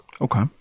Okay